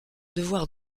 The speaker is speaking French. devoir